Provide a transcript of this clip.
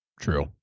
True